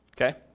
Okay